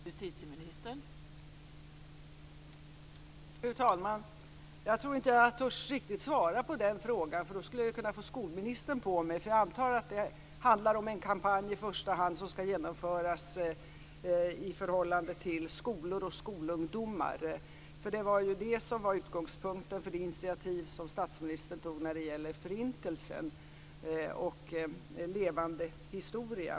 Fru talman! Jag tror inte att jag riktigt törs svara på den frågan. Då skulle jag kunna få skolministern på mig, för jag antar att det handlar om en kampanj som i första hand skall vända sig till skolor och skolungdomar. Det var ju också det som var utgångspunkten för det initiativ som statsministern tog när det gällde Förintelsen och en levande historia.